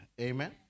Amen